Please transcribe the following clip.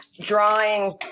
drawing